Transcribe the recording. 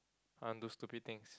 I want do stupid things